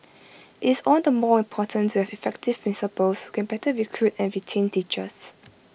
IT is all the more important to have effective principals who can better recruit and retain teachers